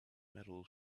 metal